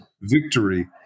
victory